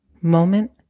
moment